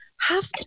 Half